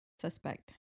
suspect